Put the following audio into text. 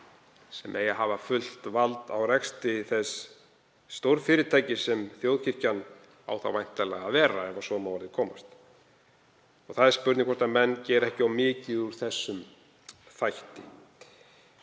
sem á að hafa fullt vald á rekstri þess stórfyrirtækis sem þjóðkirkjan á þá væntanlega að vera, ef svo má að orði komast? Það er spurning hvort menn geri ekki of mikið úr þeim þætti.